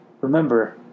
remember